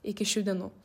iki šių dienų